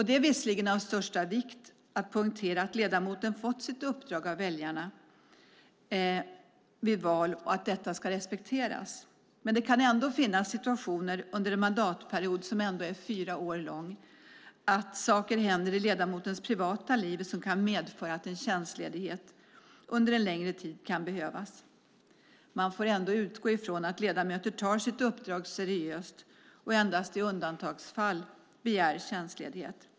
Det är visserligen av största vikt att poängtera att ledamoten fått sitt uppdrag av väljarna vid val och att detta ska respekteras. Det kan dock finnas situationer under en mandatperiod, som ändå är fyra år lång, där saker händer i ledamotens privata liv som kan medföra att en tjänstledighet under en längre tid kan behövas. Man får ändå utgå ifrån att ledamöter tar sitt uppdrag seriöst och endast i undantagsfall begär tjänstledighet.